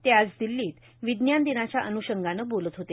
ते आज दिल्लीत विज्ञान दिनाच्या अन्षंगानं बोलत होते